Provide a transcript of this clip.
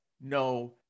No